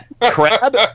Crab